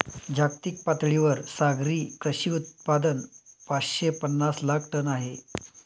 जागतिक पातळीवर सागरी कृषी उत्पादन पाचशे पनास लाख टन आहे